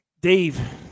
Dave